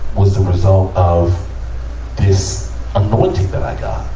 was the result of this anointing that i got.